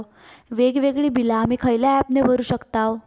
वेगवेगळी बिला आम्ही खयल्या ऍपने भरू शकताव?